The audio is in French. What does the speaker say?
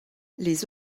les